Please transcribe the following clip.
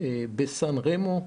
בסן רמו,